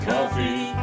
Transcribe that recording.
Coffee